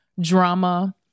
drama